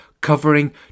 covering